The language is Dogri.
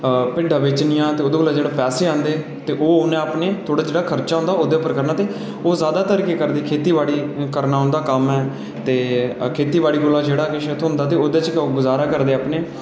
भिड्डां बेचनियां ते ओह्दे कोला जेह्ड़े पैसे औंदे ते ओह् उ'नें अपना जेह्ड़ा खर्चा होंदा ओह् ओह्दे उप्पर खर्चना ते ओह् जैदातर केह् करदे खेतीबाड़ी करना उं'दा कम्म ऐ ते खेतीबाड़ी कोला जेह्ड़ा किश थ्होंदा ओह्दे च गै ओह् गजारा करदे न